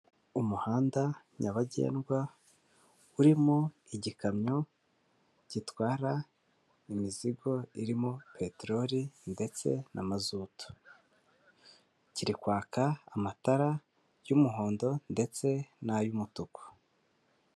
Umuhanda nyabagendwa urimo igikamyo gitwara imizigo irimo peteroli ndetse n'amazutu, kiri kwaka amatara y'umuhondo ndetse n'ay'umutuku.